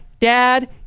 dad